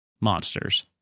monsters